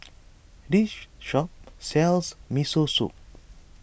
this shop sells Miso Soup